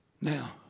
Now